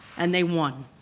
and they won.